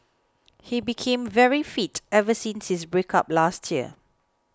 he became very fit ever since his breakup last year